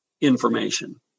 information